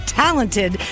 talented